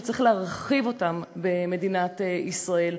שצריך להרחיב אותם במדינת ישראל.